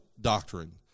doctrine